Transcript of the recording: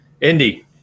indy